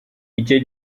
icyo